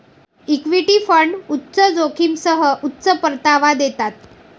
equity fund उच्च जोखमीसह उच्च परतावा देतात